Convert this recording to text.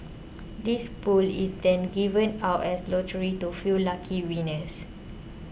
this pool is then given out as lottery to few lucky winners